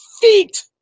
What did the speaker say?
feet